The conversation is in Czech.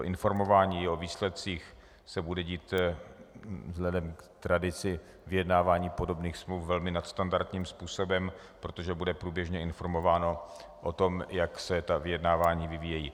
Informování o výsledcích se bude dít vzhledem k tradici vyjednávání podobných smluv velmi nadstandardním způsobem, protože bude průběžně informováno o tom, jak se vyjednávání vyvíjejí.